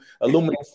aluminum